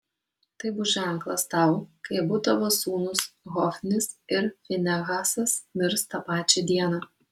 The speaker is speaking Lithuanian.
tai bus ženklas tau kai abu tavo sūnūs hofnis ir finehasas mirs tą pačią dieną